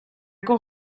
cour